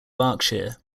berkshire